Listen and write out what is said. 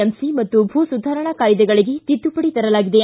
MC ಮತ್ತು ಭೂ ಸುಧಾರಣಾ ಕಾಯ್ದೆಗಳಿಗೆ ತಿದ್ದುಪಡಿ ತರಲಾಗಿದೆ